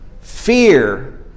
Fear